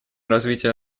развития